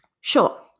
Sure